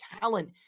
talent